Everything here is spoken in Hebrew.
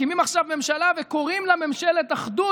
מקימים עכשיו ממשלה וקוראים לה ממשלת אחדות,